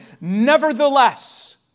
nevertheless